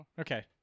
Okay